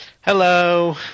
Hello